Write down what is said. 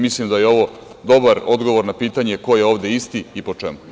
Mislim da je ovo dobar odgovor na pitanje ko je ovde isti i po čemu.